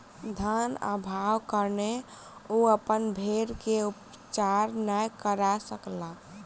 धन अभावक कारणेँ ओ अपन भेड़ के उपचार नै करा सकला